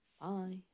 Bye